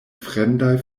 fremdaj